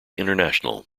international